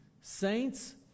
saints